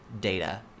data